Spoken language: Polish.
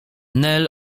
nel